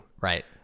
right